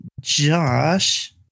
Josh